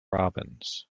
robins